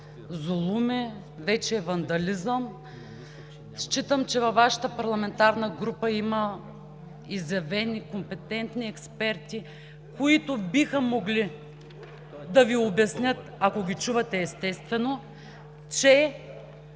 „зулуми, вече е вандализъм“. Считам, че във Вашата парламентарна група има изявени, компетентни експерти, които биха могли да Ви обяснят, ако ги чувате, естествено, че